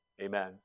Amen